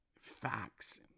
facts